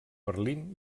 berlín